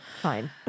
Fine